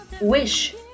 wish